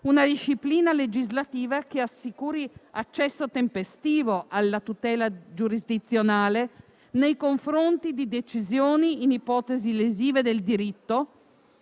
una disciplina legislativa tale da assicurare accesso tempestivo alla tutela giurisdizionale nei confronti di decisioni in ipotesi lesive del diritto,